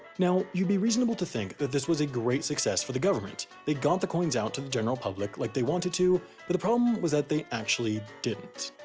now, you'd be reasonable to think that this was a great success for the government they got the coins out to the general public like they wanted to but the problem was that they actually didn't.